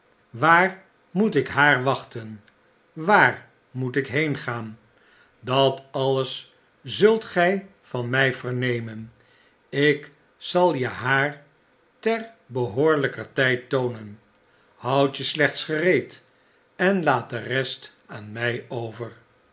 waar moet ik haar wachten waar moet ik heengaan dat alles zult gij van mij vernemen ik zal je haar ter behoorlijker tijd toonen houd je slechts gereed en laat de rest aan mij over